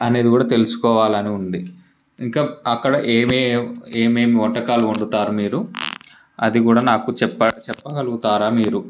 అనేది కూడా తెలుసుకోవాలని ఉంది ఇంకా అక్కడ ఏవేవ్ ఏమేం వంటకాలు వండుతారని మీరు అది కూడా నాకు చెప్ప చెప్పగలుగుతారా మీరు